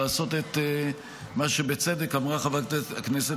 לעשות את מה שבצדק אמרה חברת הכנסת